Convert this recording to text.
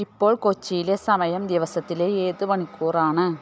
ഇപ്പോൾ കൊച്ചിയിലെ സമയം ദിവസത്തിലെ ഏത് മണിക്കൂറാണ്